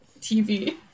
TV